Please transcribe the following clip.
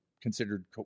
considered